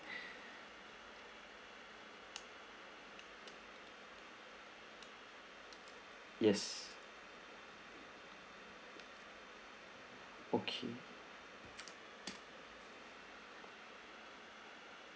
yes okay